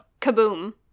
kaboom